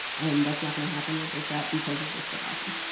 and that's not going to happen with this app because of this debacle